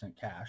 cash